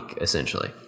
essentially